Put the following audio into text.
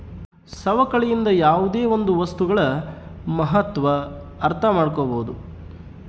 ಸವಕಳಿಯಿಂದ ಯಾವುದೇ ಒಂದು ವಸ್ತುಗಳ ಮಹತ್ವ ಅರ್ಥ ಮಾಡ್ಕೋಬೋದು